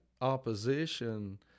opposition